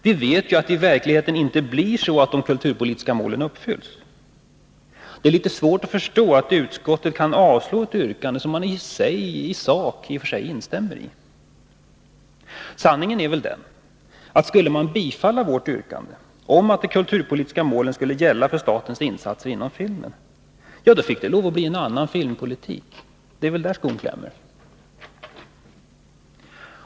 Vi vet ju att det i verkligheten inte blir så att de kulturpolitiska målen uppfylls. Det är litet svårt att förstå hur utskottet kan avstyrka ett yrkande som man i sak i och för sig instämmer 1. Sanningen är väl den att det, om man skulle bifalla vårt yrkande om att de kulturpolitiska målen skulle gälla för statens insatser inom filmen, fick lov att bli en annan filmpolitik. Det är väl där skon klämmer.